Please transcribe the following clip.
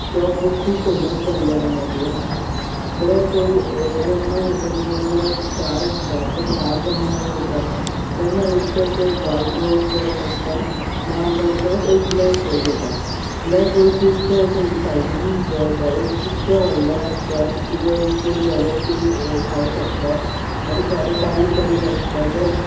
तो बूक खूब फेमस जाल्लो मदीं ब्लॅक होल जल्मात येता तेन्ना तें एक स्टार आसता तें स्टार जेन्ना मरता तेन्ना एक तर तें एक व्हायट ड्वार्फ जावंक शकता ना जाल्यार तो एक ब्लॅक होल जाता ब्लॅक होल खुबशा अशा सायजिनीं सुद्दां येता एक इतकें व्हडले आसता की ते एक फुल गॅलिक्सी खावंक शकतात आनी थोडे बारीक बारीक आसता जे